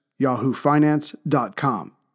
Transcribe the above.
YahooFinance.com